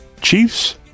chiefs